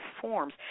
forms